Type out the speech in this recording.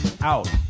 out